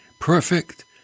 perfect